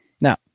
Now